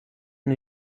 new